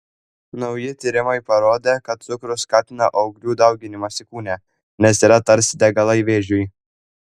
nauji tyrimai parodė kad cukrus skatina auglių dauginimąsi kūne nes yra tarsi degalai vėžiui